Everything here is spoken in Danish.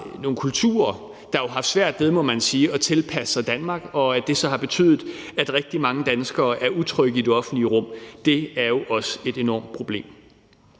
at de mennesker har haft svært ved at tilpasse sig Danmark, og det har så betydet, at rigtig mange danskere er utrygge i det offentlige rum. Det er jo også et enormt problem.